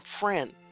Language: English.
friend